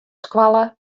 skoalle